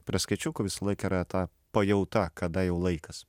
prie skaičiukų visąlaik yra ta pajautą kada jau laikas